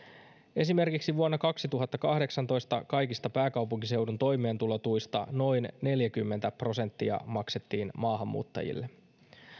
esimerkiksi vuonna kaksituhattakahdeksantoista kaikista pääkaupunkiseudun toimeentulotuista noin neljäkymmentä prosenttia maksettiin maahanmuuttajille